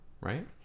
right